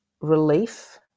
relief